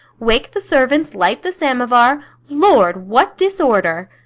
wake the servants, light the samovar! lord, what disorder!